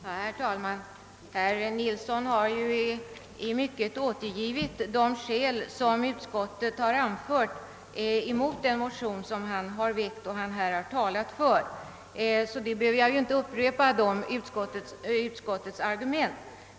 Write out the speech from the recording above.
Herr talman! Herr Nilsson i Gävle har i stor utsträckning återgivit de skäl utskottet anfört emot den motion som han har väckt och som han har talat för. Dessa utskottets argument behöver jag därför inte upprepa.